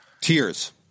Tears